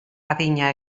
adina